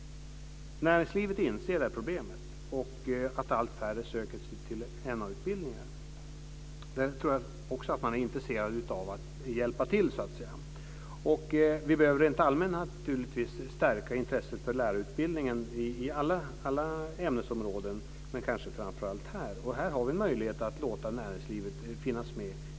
Näringslivet inser det här problemet och att allt färre söker sig till Na-utbildningar. Jag tror också att man är intresserad av att hjälpa till. Vi behöver naturligtvis rent allmänt stärka intresset för lärarutbildningen i alla ämnesområden, men det gäller kanske framför allt i det här avseendet. Och vi har en möjlighet att låta näringslivet finnas med.